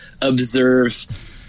observe